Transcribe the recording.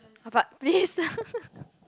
but please